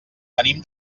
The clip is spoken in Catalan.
venim